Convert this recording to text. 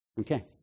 Okay